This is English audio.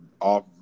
off